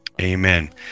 Amen